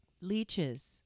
leeches